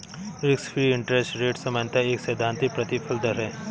risk free interest rate सामान्यतः एक सैद्धांतिक प्रतिफल दर है